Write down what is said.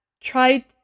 try